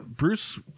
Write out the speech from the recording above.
Bruce